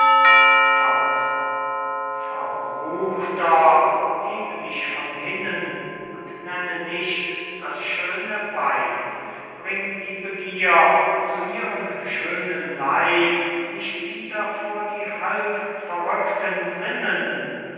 fange verruchter hebe dich von hinnen und nenne nicht das schöne weib bring die begier zu ihrem süßen leib nicht wieder vor die halb verrückten sinnen